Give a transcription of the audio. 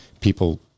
people